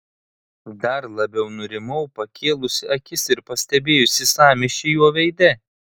dar labiau nurimau pakėlusi akis ir pastebėjusi sąmyšį jo veide